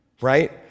right